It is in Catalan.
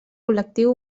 col·lectiu